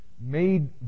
made